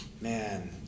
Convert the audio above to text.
Man